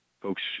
folks